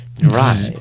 right